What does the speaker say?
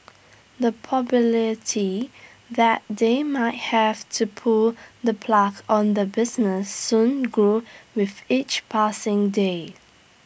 the probability that they might have to pull the plug on the business soon grew with each passing day